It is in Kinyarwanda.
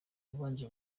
yabanje